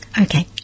Okay